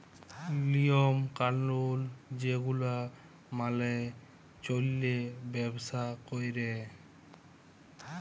লিওম কালুল যে গুলা মালে চল্যে ব্যবসা ক্যরে